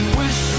wish